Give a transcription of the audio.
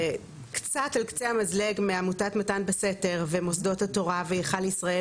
וקצת על קצה המזלג מעמותת מתן בסתר ומוסדות התורה והיכל ישראל